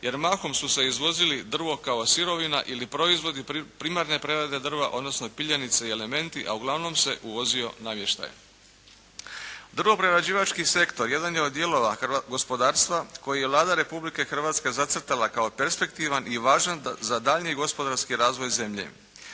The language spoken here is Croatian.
jer mahom su se izvozili drvo kao sirovina ili proizvodi primarne prerade drva, odnosno piljenice i elementi, a uglavnom se uvozio namještaj. Drvoprerađivački sektor, jedan je od dijelova gospodarstva koji je Vlada Republike Hrvatske zacrtala kao perspektivan i važna za daljnji gospodarski razvoj zemlje.